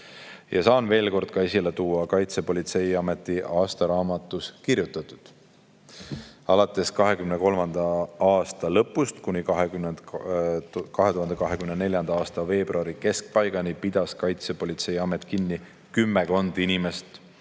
Saan veel kord esile tuua Kaitsepolitseiameti aastaraamatus kirjutatu: "Alates 2023. aasta lõpust kuni 2024. aasta veebruari keskpaigani pidas Kaitsepolitseiamet kinni kümmekond inimest,